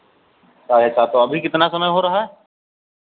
साढ़े सात तो अभी कितना समय हो रहा है